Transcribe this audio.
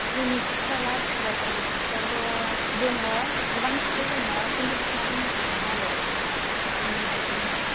जोंनि खाथि खाला फरायसालि खाथियावथ' दङ गोबां स्कुल दङ खिन्थु बिसोरनाबो मोजाङानो आरो जोंनि बायदिनो